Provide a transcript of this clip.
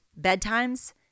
bedtimes